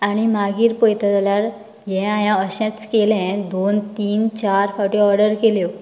आनी मागीर पळयतां जाल्यार हें हायेन अशेंच केलें दोन तीन चार फावटीं ऑर्डर केल्यो